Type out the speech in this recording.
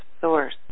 source